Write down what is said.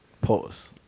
Pause